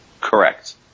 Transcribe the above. Correct